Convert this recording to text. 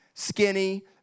Skinny